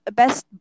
best